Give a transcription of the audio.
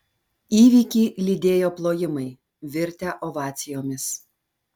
įvykį lydėjo plojimai virtę ovacijomis